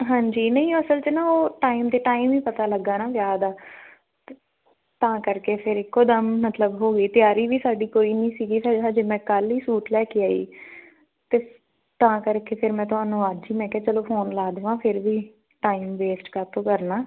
ਹਾਂਜੀ ਨਹੀਂ ਅਸਲ 'ਚ ਨਾ ਉਹ ਟਾਈਮ ਦੇ ਟਾਈਮ ਹੀ ਪਤਾ ਲੱਗਾ ਨਾ ਵਿਆਹ ਦਾ ਤਾਂ ਕਰਕੇ ਫਿਰ ਇੱਕੋ ਦਮ ਮਤਲਬ ਹੋਵੇ ਤਿਆਰੀ ਵੀ ਸਾਡੀ ਕੋਈ ਨਹੀਂ ਸੀਗੀ ਹਜੇ ਮੈਂ ਕੱਲ ਹੀ ਸੂਟ ਲੈ ਕੇ ਆਈ ਅਤੇ ਤਾਂ ਕਰਕੇ ਫਿਰ ਮੈਂ ਤੁਹਾਨੂੰ ਅੱਜ ਹੀ ਮੈਂ ਕਿਹਾ ਚਲੋ ਫੋਨ ਲਾ ਦੇਵਾਂ ਫਿਰ ਵੀ ਟਾਈਮ ਵੇਸਟ ਕਾਹਤੋਂ ਕਰਨਾ